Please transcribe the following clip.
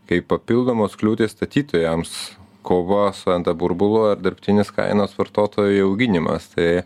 kaip papildomos kliūtys statytojams kova su nt burbulu ar dirbtinis kainos vartotojui auginimas tai